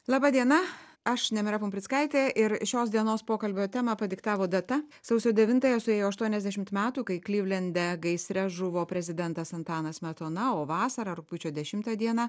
laba diena aš nemira pumprickaitė ir šios dienos pokalbio temą padiktavo data sausio devintąją suėjo aštuoniasdešimt metų kai klivlende gaisre žuvo prezidentas antanas smetona o vasarą rugpjūčio dešimt dieną